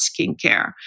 skincare